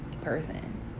person